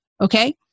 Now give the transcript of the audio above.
Okay